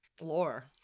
lore